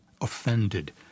offended